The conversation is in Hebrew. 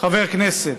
חבר כנסת,